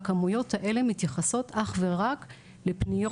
והכמויות האלה מתייחסות אך ורק לפניות